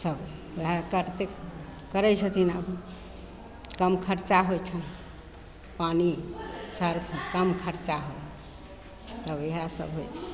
सब ओएह करते करय छथिन आब कम खर्चा होइ छनि पानि सर्फ कम खर्चा होइ आब इएह सब होइ छै